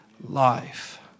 life